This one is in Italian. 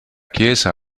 chiesa